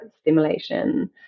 stimulation